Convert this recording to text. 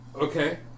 Okay